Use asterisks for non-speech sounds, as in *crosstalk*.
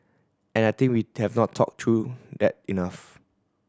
and I think we *unintelligible* have not talked through that enough